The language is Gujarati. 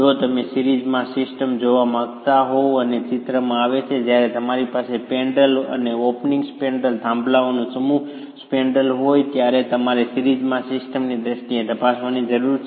જો તમે સીરિઝમાં સિસ્ટમ જોવા માંગતા હોવ અને તે ચિત્રમાં આવે છે જ્યારે તમારી પાસે સ્પેન્ડ્રેલ અને ઓપનિંગ અને સ્પૅન્ડ્રેલ થાંભલાઓનો સમૂહ અને સ્પૅન્ડ્રેલ હોય ત્યારે તમારે તેને સિરીઝમાં સિસ્ટમની દ્રષ્ટિએ તપાસવાની જરૂર છે